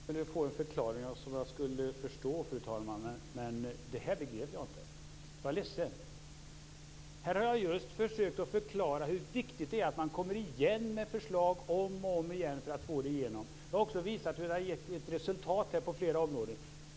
Fru talman! Jag skulle få en förklaring som jag skulle förstå, fru talman, men det här begrep jag inte. Jag är ledsen! Här har jag just försökt förklara hur viktigt det är att man kommer igen med förslag om och om igen för att få igenom dem. Jag har också visat hur det har gett resultat på flera områden.